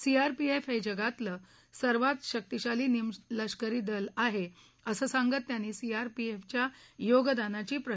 CRPF हे जगातलं सर्वात शक्तीशाली निमलष्करी दल आहे असं सांगत त्यांनी सीआरपीएफच्या योगदानाची प्रशंसा केली